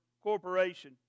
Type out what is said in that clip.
Corporation